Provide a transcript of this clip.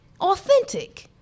authentic